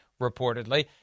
reportedly